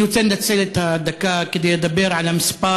אני רוצה לנצל את הדקה כדי לדבר על המספר